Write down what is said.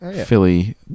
Philly